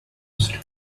used